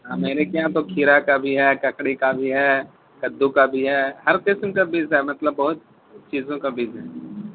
ہاں میرے کے یہاں تو کھیرا کا بھی ہے ککری کا بھی ہے کدو کا بھی ہے ہر قسم کا بیج ہے مطلب بہت چیزوں کا بیج ہے